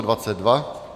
22.